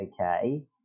okay